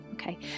Okay